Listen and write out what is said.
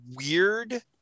weird